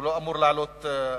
הוא לא אמור לעלות הרבה.